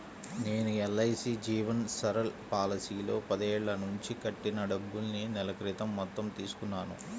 నేను ఎల్.ఐ.సీ జీవన్ సరల్ పాలసీలో పదేళ్ళ నుంచి కట్టిన డబ్బుల్ని నెల క్రితం మొత్తం తీసుకున్నాను